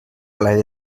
plaer